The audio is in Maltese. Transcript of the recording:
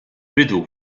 bidu